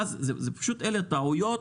אלה טעויות